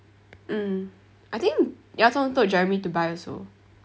mm I think yao zhong told jeremy to buy also